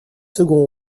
seconds